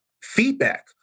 feedback